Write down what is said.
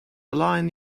align